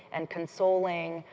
and consoling,